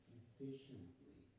efficiently